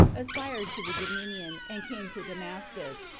aspired to the dominion, and came to damascus,